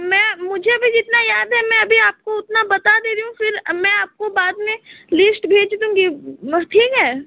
मैं मुझे अभी जितना याद है मैं अभी आपको उतना बता दे रहइ हूँ फिर मैं आपको बाद में लिस्ट भेज दूँगी ठीक है